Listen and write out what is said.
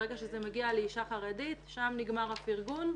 ברגע שזה מגיע לאישה חרדית שם נגמר הפרגון,